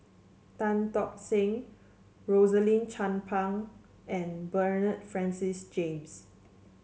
Tan Tock Seng Rosaline Chan Pang and Bernard Francis James